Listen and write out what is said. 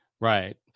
right